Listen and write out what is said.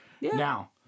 Now